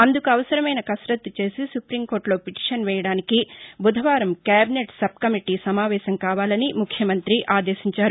అందుకు అవసరమైన కసరత్తు చేసి సుప్రీంకోర్లులో పిటీషన్ వేయడానికి బుధవారం కేబినెట్ సబ్ కమిటీ సమావేశం కావాలని ముఖ్యమంత్రి ఆదేశించారు